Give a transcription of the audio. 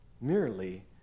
merely